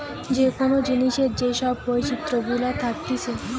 যে কোন জিনিসের যে সব বৈচিত্র গুলা থাকতিছে